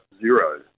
zero